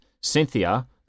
Cynthia